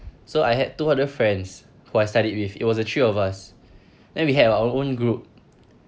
so I had two other friends who I studied with it was the three of us then we had our own group